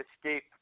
escape